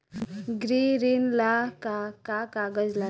गृह ऋण ला का का कागज लागी?